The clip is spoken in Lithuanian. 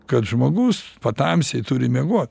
kad žmogus patamsy turi miego